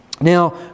Now